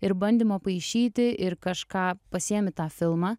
ir bandymo paišyti ir kažką pasiėmi tą filmą